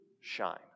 shine